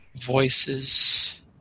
voices